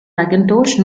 mackintosh